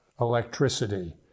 electricity